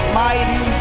mighty